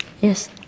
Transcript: Yes